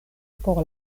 por